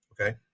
okay